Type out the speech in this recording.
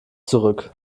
zurück